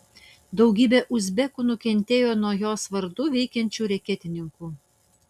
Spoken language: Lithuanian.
daugybė uzbekų nukentėjo nuo jos vardu veikiančių reketininkų